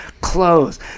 clothes